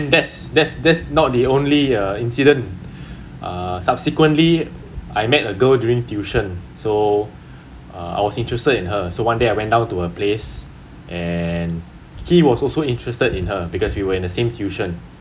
then that's that's that's not the only uh incident uh subsequently I met a girl during tuition so uh I was interested in her so one day I went down to her place and he was also interested in her because we were in the same tuition